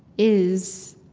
is